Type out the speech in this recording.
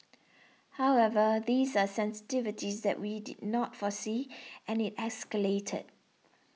however these are sensitivities that we did not foresee and it escalated